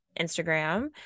Instagram